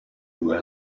due